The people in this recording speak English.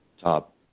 top